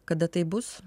kada tai bus